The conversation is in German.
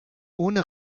ohne